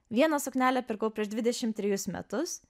vieną suknelę pirkau prieš dvidešimt trejus metus